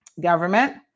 Government